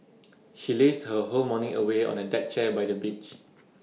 she lazed her whole morning away on A deck chair by the beach